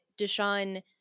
Deshaun